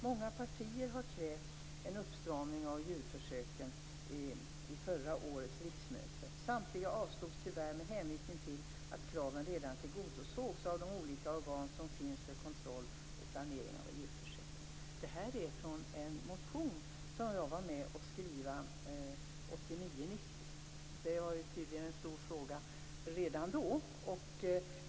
Många partier har krävt en uppstramning av djurförsök under förra årets riksmöte. Samtliga krav avslogs tyvärr med hänvisning till att kraven redan tillgodosågs av de olika organ som finns för kontroll och planering av djurförsök. Det här är från en motion som jag var med om att skriva 1989/90. Det var tydligen en stor fråga redan då.